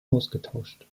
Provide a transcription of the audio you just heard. ausgetauscht